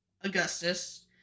Augustus